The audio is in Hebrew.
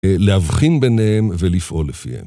להבחין ביניהם ולפעול לפיהם.